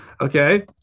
okay